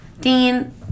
Dean